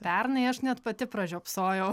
pernai aš net pati pražiopsojau